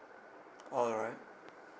alright